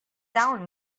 down